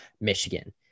Michigan